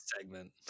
segment